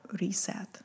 reset